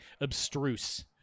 abstruse